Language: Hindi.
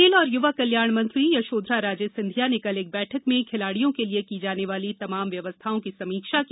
खेल और युवा कल्याण मंत्री यशोधरा राजे सिंधिया ने कल एक बैठक में खिलाड़ियों के लिए की जाने वाली तमाम व्यवस्थाओं की समीक्षा की